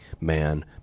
man